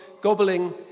gobbling